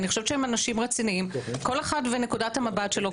חושבת שהם רציניים כל אחד מנקודת המבט שלו,